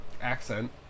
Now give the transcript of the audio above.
accent